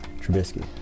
Trubisky